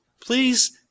Please